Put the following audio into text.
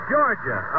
Georgia